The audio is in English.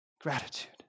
Gratitude